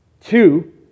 Two